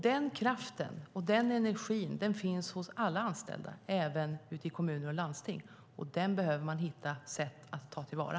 Den kraften och energin finns hos alla anställda och även ute hos kommuner och landsting. Den behöver man hitta sätt att ta till vara.